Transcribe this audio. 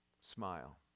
Smile